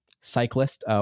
cyclist